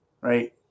right